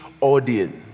audience